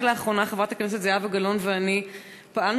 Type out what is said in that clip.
רק לאחרונה חברת הכנסת זהבה גלאון ואני פעלנו